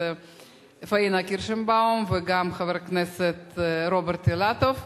פניה קירשנבאום וגם חבר הכנסת רוברט אילטוב,